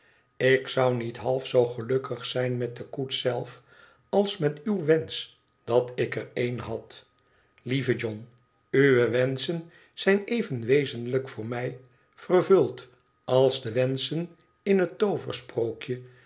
ik zou niet half zoo gelukkig zijn met de koets zelf als met uw wensch dat ik er een had lieve john uwe wenschen zijn even wezenlijk voor mij vervuld als de wenschen in het